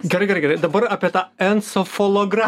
gerai gerai gerai dabar apie tą encofologra